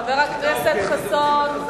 חבר הכנסת חסון.